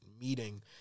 meeting